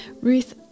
Ruth